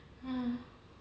ah